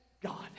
God